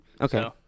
Okay